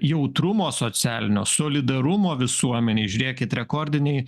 jautrumo socialinio solidarumo visuomenėj žiūrėkit rekordiniai